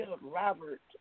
Robert